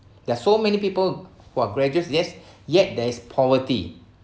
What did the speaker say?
there are so many people who are graduates yes yet there is poverty